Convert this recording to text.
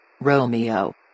Romeo